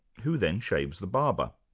who then shaves the barber?